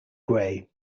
grey